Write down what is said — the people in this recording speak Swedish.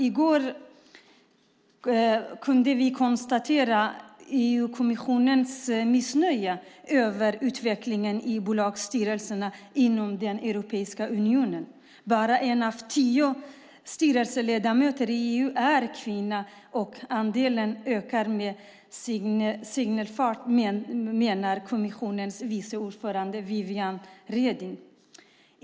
I går kunde vi ta del av EU-kommissionens missnöje över utvecklingen i bolagsstyrelserna inom Europeiska unionen. Bara en av tio styrelseledamöter i EU är kvinna och andelen ökar med snigelfart, menar kommissionens vice ordförande Viviane Reding.